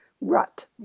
rut